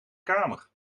kamer